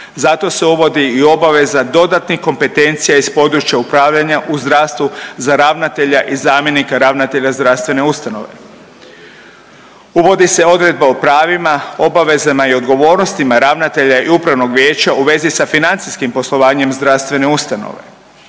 Zato se uvodi i obaveza dodatnih kompetencija iz područja upravljanja u zdravstvu za ravnatelja i zamjenika ravnatelja zdravstvene ustanove. Uvodi se odredba o pravima, obavezama i odgovornostima ravnatelja i Upravnog vijeća u vezi sa financijskim poslovanjem zdravstvene ustanove.